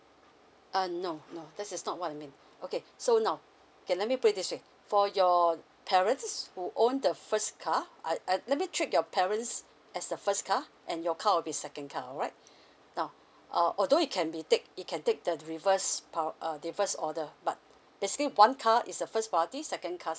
uh no no this is not what it mean okay so now okay let me put it this way for your parents who own the first car I I let me treat your parents as the first car and your car will be second car alright now uh although it can be take it can take the reverse prior uh the first order but basically one car is the first priority second car